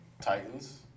Titans